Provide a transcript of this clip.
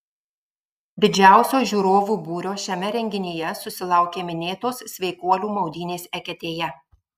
didžiausio žiūrovų būrio šiame renginyje susilaukė minėtos sveikuolių maudynės eketėje